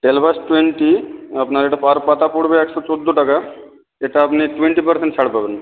টেলভাস twenty আপনার এটা পার পাতা পড়বে একশো চোদ্দো টাকা এটা আপনি টোয়েন্টি পারসেন্ট ছাড় পাবেন